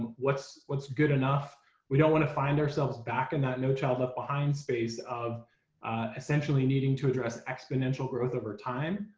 what's what's good enough we don't want to find ourselves back in that no child left behind space of essentially needing to address exponential growth over time.